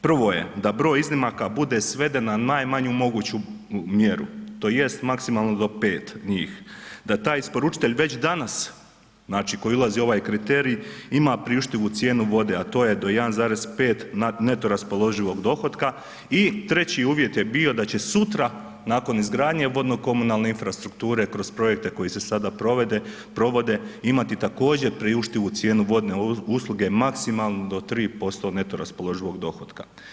Prvo je da broj iznimaka bude sveden na najmanju moguću mjeru tj. maksimalno do 5 njih, da taj isporučitelj već danas, znači koji ulazi u ovaj kriterij ima priuštivu cijenu vode, a to je do 1,5 neto raspoloživog dohotka i treći uvjet je bio da će sutra nakon izgradnje vodno-komunalne infrastrukture kroz projekte koji se sada provode imati također priuštivu cijenu vodne usluge, maksimalno do 3% neto raspoloživog dohotka.